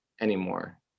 anymore